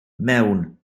mewn